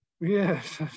Yes